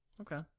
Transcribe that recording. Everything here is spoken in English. Okay